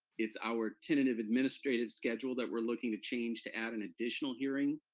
it's our tentative administrative schedule that we're looking to change to add an additional hearing.